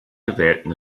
gewählten